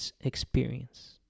experience